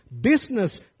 business